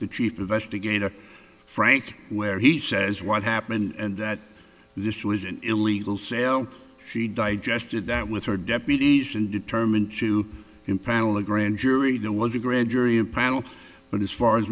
the chief investigator frank where he says what happened and that this was an illegal sale she digested that with her deputies and determined to impanel a grand jury there was a grand jury impaneled but as far as